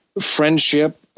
friendship